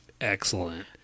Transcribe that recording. excellent